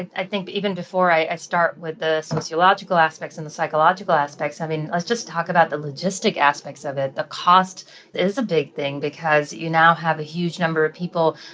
i think even before i start with the sociological aspects and the psychological aspects i mean, let's just talk about the logistic aspects of it. the cost is a big thing because you now have a huge number of people.